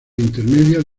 intermedias